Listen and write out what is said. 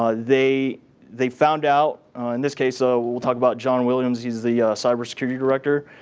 ah they they found out in this case, so we'll talk about john williams he's the cybersecurity director.